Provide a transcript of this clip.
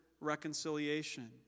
reconciliation